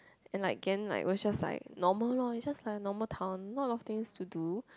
and like Ghent like was just like normal loh it's just like a normal town not a lot of things to do